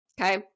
okay